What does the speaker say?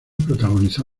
protagonizó